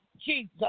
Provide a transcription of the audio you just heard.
Jesus